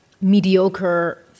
mediocre